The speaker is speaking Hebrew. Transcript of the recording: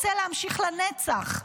רוצה להמשיך לנצח.